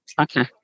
Okay